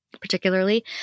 particularly